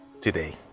today